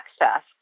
access